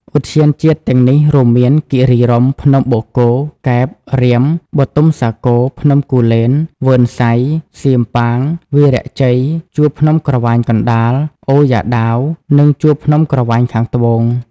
ឧទ្យានជាតិទាំងនេះរួមមាន គិរីរម្យ ភ្នំបូកគោ កែប រាម បុទុមសាគរ ភ្នំគូលែន វ៉ឺនសៃ សៀមប៉ាង វីរៈជ័យ ជួរភ្នំក្រវាញកណ្តាល អូយ៉ាដាវ និងជួរភ្នំក្រវាញខាងត្បូង។